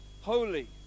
holy